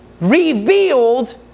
revealed